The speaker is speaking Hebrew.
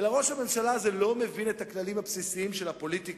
אלא שראש הממשלה הזה לא מבין את הכללים הבסיסיים של הפוליטיקה,